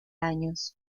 años